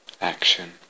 action